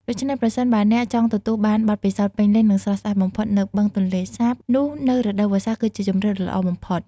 ដូច្នេះ ប្រសិនបើអ្នកចង់ទទួលបានបទពិសោធន៍ពេញលេញ និងស្រស់ស្អាតបំផុតនៅបឹងទន្លេសាប នោះនៅរដូវវស្សាគឺជាជម្រើសដ៏ល្អបំផុត។